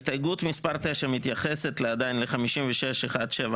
הסתייגות מספר 9 מתייחסת עדיין לסעיף 56(1)(7)(א)(ג),